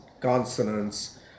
consonants